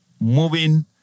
moving